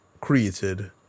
created